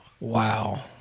Wow